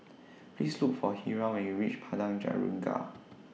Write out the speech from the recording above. Please Look For Hiram when YOU REACH Padang Jeringau